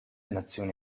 nazioni